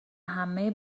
همه